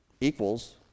equals